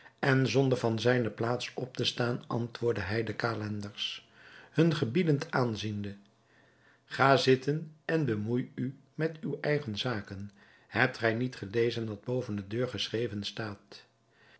en zonder van zijne plaats op te staan antwoordde hij den calenders hun gebiedend aanziende gaat zitten en bemoei u met uw eigen zaken hebt gij niet gelezen wat boven de deur geschreven staat